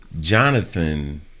Jonathan